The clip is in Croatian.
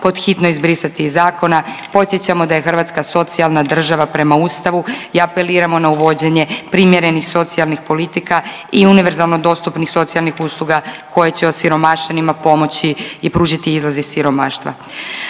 pod hitno izbrisati iz zakona. Podsjećamo da je Hrvatska socijalna država prema Ustavu i apeliramo na uvođenje primjerenih socijalnih politika i univerzalno dostupnih socijalnih usluga koje će osiromašenima pomoći i pružiti izlaz iz siromaštva.